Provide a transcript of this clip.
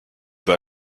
vas